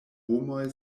homoj